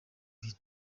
ibiri